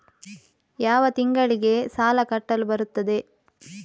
ಯಾವ ತಿಂಗಳಿಗೆ ಸಾಲ ಕಟ್ಟಲು ಬರುತ್ತದೆ?